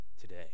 today